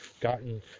gotten